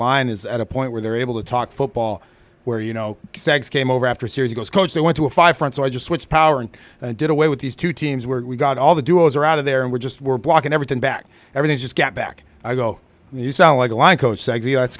line is at a point where they're able to talk football where you know sex came over after a series goes coach they went to a fire front so i just switched power and did away with these two teams where we got all the duels are out of there and we're just we're blocking everything back everything just got back i go you sound like a